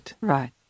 Right